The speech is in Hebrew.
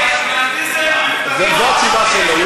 מה יש לך להגיד, זו התשובה שלו.